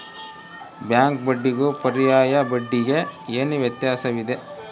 Bank ಬಡ್ಡಿಗೂ ಪರ್ಯಾಯ ಬಡ್ಡಿಗೆ ಏನು ವ್ಯತ್ಯಾಸವಿದೆ?